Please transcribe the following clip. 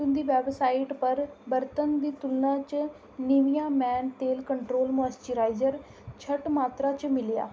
तुं'दी वैबसाइट पर बर्तन दी तुलना च नीविया मेन तेल कंट्रोल मॉइस्चराइजर घट्ट मात्तरा च मिलेआ